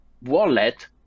wallet